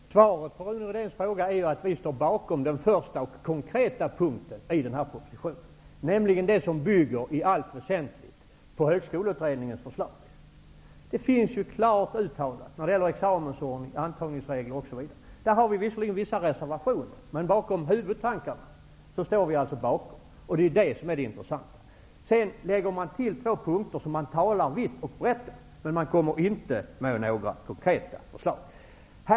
Herr talman! Svaret på Rune Rydéns fråga är att vi står bakom den första och konkreta punkten i propositionen, nämligen den som i allt väsentligt bygger på Högskoleutredningens förslag. Det finns klart uttalat när det gäller examensordning, antagningsregler, osv. Vi har visserligen några reservationer, men huvudtankarna står vi bakom -- det är det som är det intressanta. Men sedan lägger man till två punkter, som man talar vitt och brett om, utan att komma med några konkreta förslag.